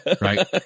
Right